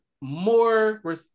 more